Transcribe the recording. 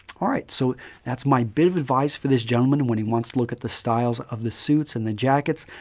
all right, so that's my bit of advice for this gentleman and when he wants to look at the styles of the suits and the jackets.